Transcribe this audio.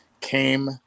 came